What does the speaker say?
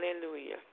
Hallelujah